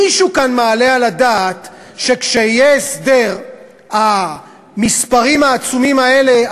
מישהו כאן מעלה על הדעת שכשיהיה הסדר המספרים העצומים האלה,